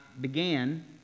began